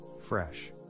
fresh